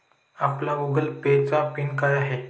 आपला Google Pay चा PIN काय आहे?